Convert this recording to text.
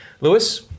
Lewis